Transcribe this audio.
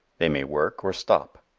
they may work or stop.